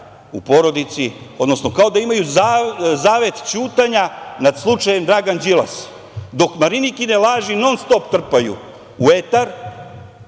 u porodici, odnosno kao da imaju zavet ćutanja nad slučajem Dragana Đilasa, dok Marinikine laži non-stop trpaju u etar. Ono